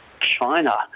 China